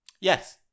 Yes